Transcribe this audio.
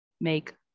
make